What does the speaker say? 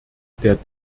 der